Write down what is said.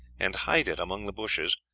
and hide it among the bushes,